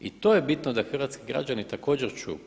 I to je bitno da hrvatski građani također čuju.